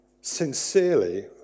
sincerely